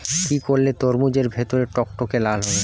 কি করলে তরমুজ এর ভেতর টকটকে লাল হবে?